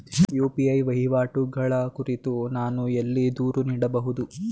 UPI ವಹಿವಾಟುಗಳ ಕುರಿತು ನಾನು ಎಲ್ಲಿ ದೂರು ನೀಡಬಹುದು?